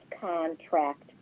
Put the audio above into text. contract